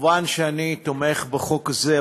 מובן שאני תומך בחוק הזה,